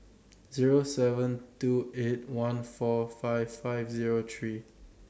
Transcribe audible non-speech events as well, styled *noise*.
*noise* Zero seven two eight one four five five Zero three